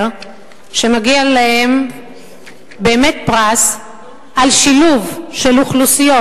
שמגיע להם באמת פרס על שילוב של אוכלוסיות,